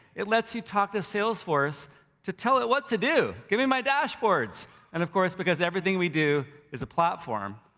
it lets you talk to salesforce to tell it what to do, give me my dashboards. and of course, because everything we do is a platform,